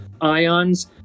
ions